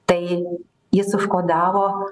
tai jis užkodavo